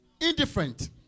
indifferent